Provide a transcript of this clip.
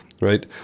right